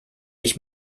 ich